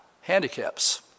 handicaps